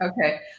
Okay